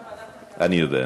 אדוני,